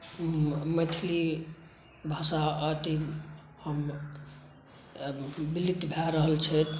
मैथिली भाषा अब विलुप्त भए रहल छै